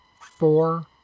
four